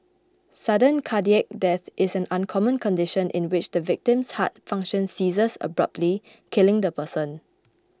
sudden cardiac death is an uncommon condition in which the victim's heart function ceases abruptly killing the person